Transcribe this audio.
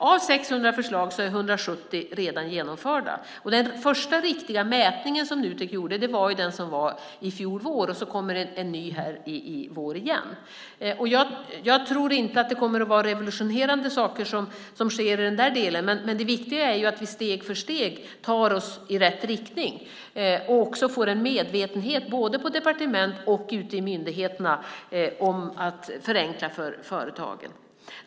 Av 600 förslag är 170 redan genomförda. Den första riktiga mätning som Nutek gjorde var den som var i fjol vår, och det kommer en ny i vår. Jag tror inte att det kommer att vara revolutionerande saker som sker, men det viktiga är att vi steg för steg tar oss i rätt riktning och får en medvetenhet både på departement och ute i myndigheterna om att förenkla för företagen.